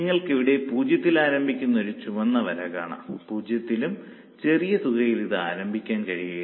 നിങ്ങൾക്കിവിടെ 0 ത്തിൽ ആരംഭിക്കുന്ന ഒരു ചുവന്ന വര കാണാം 0 ത്തിലും ചെറിയ തുകയിൽ ഇത് ആരംഭിക്കാൻ കഴിയുകയില്ല